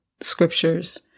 scriptures